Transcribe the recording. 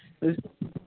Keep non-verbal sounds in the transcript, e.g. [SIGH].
[UNINTELLIGIBLE]